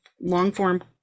long-form